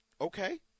okay